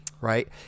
right